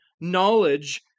knowledge